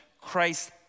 christ